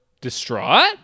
distraught